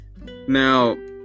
Now